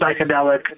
psychedelic